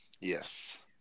Yes